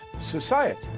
society